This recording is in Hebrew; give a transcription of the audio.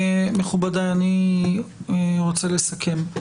מכובדיי, אני רוצה לסכם.